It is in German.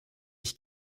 ich